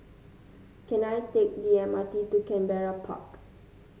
can I take the M R T to Canberra Park